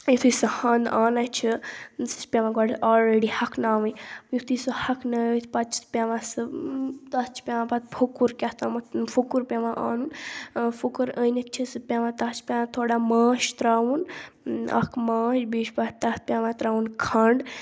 یُتھُے سُہ ہَنٛد اَنان چھِ سُہ چھِ پیٚوان گۄڈٕ آلریڈی ہۄکھناوٕنۍ یُتھُے سُہ ہۄکھنٲوِتھ پَتہٕ چھِ پیٚوان سُہ تَتھ چھُ پیٚوان پَتہٕ فُکُر کیٛاہتامَتھ فُکُر پیٚوان اَنُن فُکُر أنِتھ چھِ سُہ پیٚوان تَتھ چھُ پیٚوان تھوڑا ماچھ ترٛاوُن اَکھ ماچھ بیٚیہِ چھُ پیٚٹھ تتھ پیٚوان ترٛاوُن کھَنٛڈ